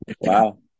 wow